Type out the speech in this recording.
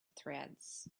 threads